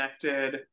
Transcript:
connected